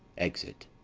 exit.